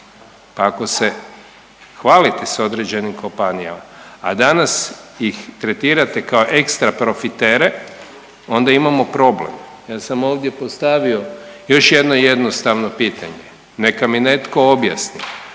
Pa ako se hvalite sa određenim kompanijama, a danas ih tretirate kao ekstra profitere onda imamo problem. Ja sam ovdje postavio još jedno jednostavno pitanje, neka mi netko objasni